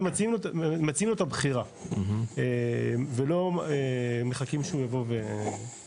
מציעים לו את הבחירה ולא מחכים שהוא יבוא ויבקש.